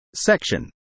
section